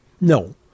no